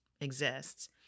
exists